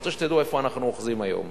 אני רוצה שתדעו איפה אנחנו אוחזים היום.